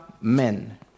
men